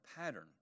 pattern